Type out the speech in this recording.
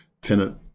Tenant